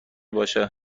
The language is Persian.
باشه